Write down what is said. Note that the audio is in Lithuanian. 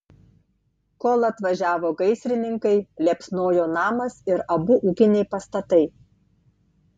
kol atvažiavo gaisrininkai liepsnojo namas ir abu ūkiniai pastatai